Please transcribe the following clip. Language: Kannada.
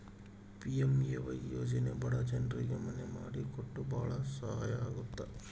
ಪಿ.ಎಂ.ಎ.ವೈ ಯೋಜನೆ ಬಡ ಜನ್ರಿಗೆ ಮನೆ ಮಾಡಿ ಕೊಟ್ಟು ಭಾಳ ಸಹಾಯ ಆಗುತ್ತ